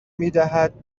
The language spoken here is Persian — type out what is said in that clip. میدهد